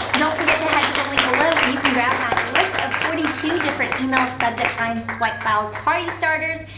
don't forget to head to the link below where you can grab my list of forty two different email subject lines swipe files, party starters,